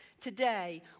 today